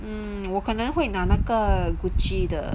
mm 我可能会拿那个 Gucci 的